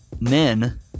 men